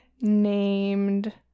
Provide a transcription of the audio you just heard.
named